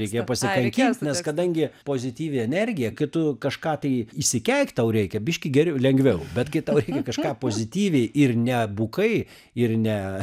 reikėjo pasikankint nes kadangi pozityvi energija kai tu kažką tai išsikeikt tau reikia biškį geriau lengviau bet kai tau reikia kažką pozityviai ir ne bukai ir ne